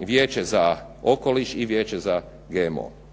Vijeće za okoliš i Vijeće za GMO.